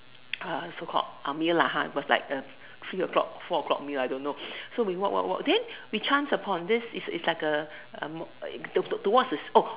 uh so called our meal lah ha it was like the three o-clock four o-clock meal I don't know so we walk walk walk then we chanced upon this is like a a a towards this is oh